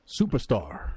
superstar